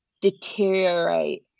deteriorate